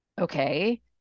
okay